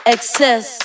Excess